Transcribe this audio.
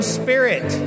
spirit